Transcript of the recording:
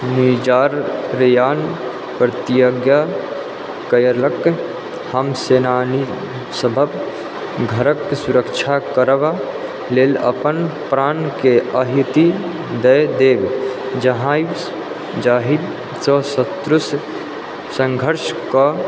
major प्रयाङ्क प्रतिज्ञा कयलक हम सेनानी सभक घरक सुरक्षा करबा लेल अपन प्राणके आहुति दए देब जाहिसँ शत्रुसँ सङ्घर्ष कऽ